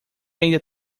ainda